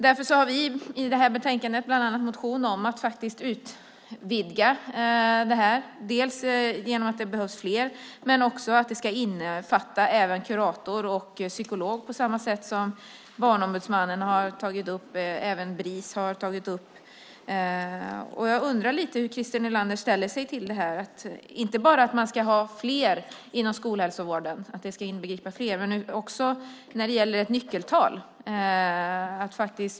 Därför har vi bland annat en motion i det här betänkandet om att utvidga detta. Det behövs fler, och det ska också infatta kurator och psykolog på det sätt som Barnombudsmannen har tagit upp. Även Bris har tagit upp detta. Jag undrar hur Christer Nylander ställer sig till att det ska inbegripa fler och även till att det ska finnas ett nyckeltal.